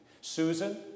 Susan